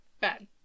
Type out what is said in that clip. bad